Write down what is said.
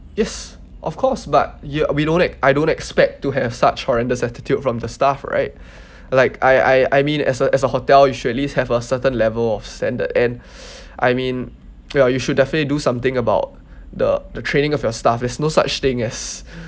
yes of course but ya we don't ex~ I don't expect to have such horrendous attitude from the staff right like I I I mean as a as a hotel you should at least have a certain level of standard and I mean you you should definitely do something about the the training of your staff there's no such thing as